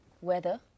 Weather